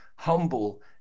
Humble